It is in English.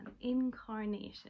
Incarnation